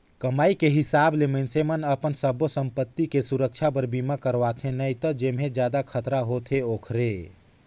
कमाई के हिसाब ले मइनसे अपन सब्बो संपति के सुरक्छा बर बीमा करवाथें नई त जेम्हे जादा खतरा होथे ओखरे